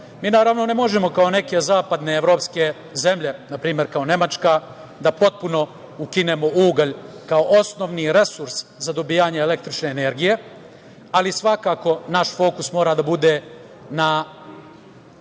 energije. Naravno, ne možemo kao neke zapadne evropske zemlje, na primer kao Nemačka, da potpuno ukinemo ugalj kao osnovni resurs za dobijanje električne energije, ali svakako naš fokus mora da bude na